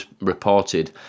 reported